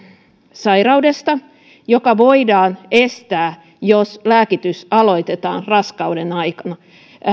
sairaudesta joka voidaan estää jos lääkitys aloitetaan raskauden aikana